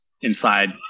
inside